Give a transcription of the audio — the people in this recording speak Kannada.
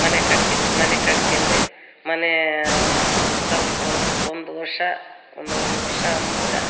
ಮನೆ ಕಟ್ಸಿದ್ದೀವಿ ಮನೆ ಕಟ್ಸಿಂದೆ ಮನೆ ಸ್ವಲ್ಪ ಒಂದು ವರ್ಷ ಒಂದೂವರೆ ವರ್ಷ ಅನ್ನಂಗ